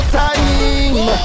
time